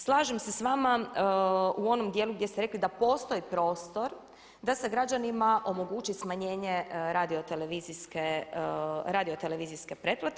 Slažem se s vama u onom djelu gdje ste rekli da postoji prostor da se građanima omogući smanjenje radiotelevizijske pretplate.